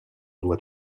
doit